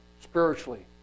spiritually